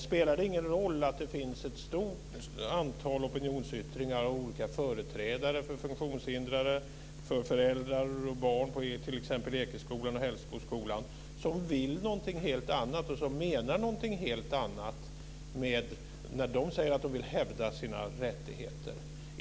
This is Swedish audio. Spelar det ingen roll att det finns ett stort antal opinionsyttringar av olika företrädare för funktionshindrade och för föräldrar och barn på t.ex. Ekeskolan och Hällsboskolan som vill något helt annat och som menar något helt annat när de säger att de vill hävda sina rättigheter?